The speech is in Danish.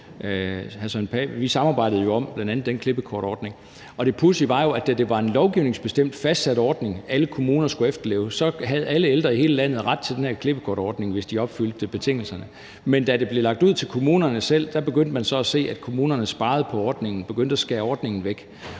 Vi samarbejdede jo om bl.a. den klippekortordning, og det pudsige var, at da det var en lovgivningsbestemt, fastsat ordning, alle kommuner skulle efterleve, så havde alle ældre i hele landet ret til den her klippekortordning, hvis de opfyldte betingelserne. Men da det blev lagt ud til kommunerne selv, begyndte man så at se, at kommunerne sparede på ordningen, begyndte at skære ordningen væk.